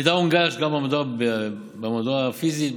המידע הונגש גם במהדורה הפיזית,